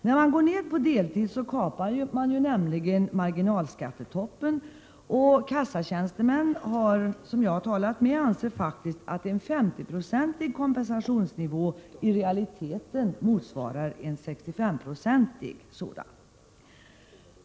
När man går ned till deltid kapar man ju nämligen marginalskattetoppen. Prot. 1987/88:123 Kassatjänstemän som jag har talat med anser faktiskt att en 50-procentig 19 maj 1988 kompensationsnivå i realiteten motsvarar en 65-procentig sådan.